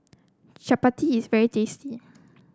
Chapati is very tasty